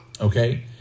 Okay